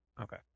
Okay